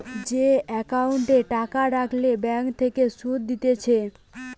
যে একাউন্টে টাকা রাখলে ব্যাঙ্ক থেকে সুধ দিতেছে